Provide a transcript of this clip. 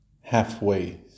halfway